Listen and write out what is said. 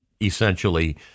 essentially